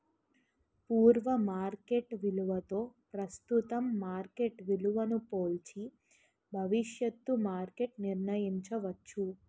పూర్వ మార్కెట్ విలువతో ప్రస్తుతం మార్కెట్ విలువను పోల్చి భవిష్యత్తు మార్కెట్ నిర్ణయించవచ్చు